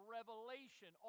Revelation